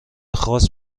خاص